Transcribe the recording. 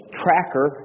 tracker